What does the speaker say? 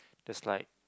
that's like